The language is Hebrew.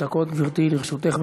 שלוש דקות, גברתי, לרשותך.